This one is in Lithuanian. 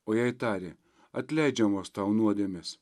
o jei tarė atleidžiamos tau nuodėmes